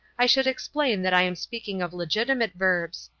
i should explain that i am speaking of legitimate verbs,